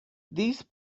these